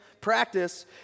practice